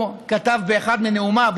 הוא כתב באחד מנאומיו,